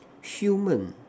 human